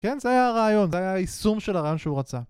כן? זה היה הרעיון, זה היה יישום של הרעיון שהוא רצה.